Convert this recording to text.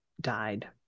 died